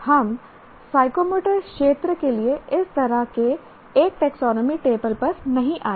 हम साइकोमोटर क्षेत्र के लिए इस तरह के एक टैक्सोनॉमी टेबल पर नहीं आए हैं